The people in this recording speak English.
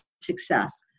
success